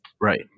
Right